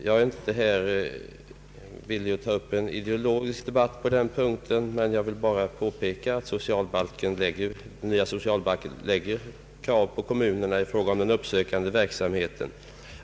Jag är inte villig att här ta upp en ideologisk debatt på den punkten; jag vill bara påpeka att den nya socialbalken lägger krav på kommunerna i fråga om den uppsökande verksamheten.